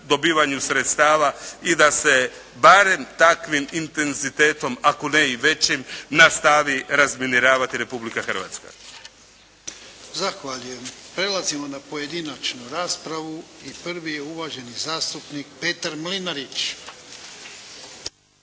dobivanju sredstava i da se barem takvim intenzitetom ako ne i većim nastavi razminiravati Republika Hrvatska. **Jarnjak, Ivan (HDZ)** Zahvaljujem. Prelazimo na pojedinačnu raspravu i prvi je uvaženi zastupnik Petar Mlinarić.